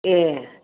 ए